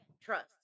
trust